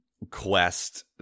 quest